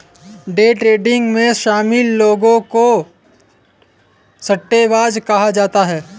day trading में शामिल लोगों को सट्टेबाज कहा जाता है